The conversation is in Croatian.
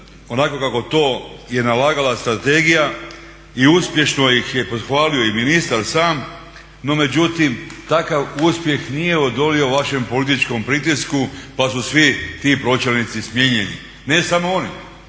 onako kako je to nalagala strategija i uspješno ih je pohvalio i ministar sam, no međutim takav uspjeh nije odolio vašem političkom pritisku pa su svi ti pročelnici smijenjeni. Ne samo oni